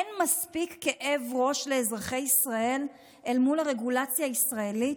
אין מספיק כאב ראש לאזרחי ישראל מול הרגולציה הישראלית?